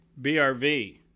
BRV